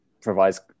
provides